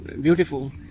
beautiful